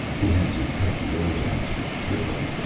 we had to cut the air down to a trickle.